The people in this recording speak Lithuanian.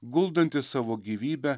guldantis savo gyvybę